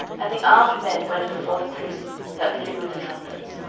and the armed men went before the priests that blew with the trumpets,